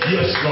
Yes